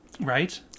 Right